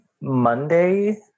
Monday